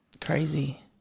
Crazy